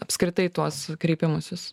apskritai tuos kreipimusis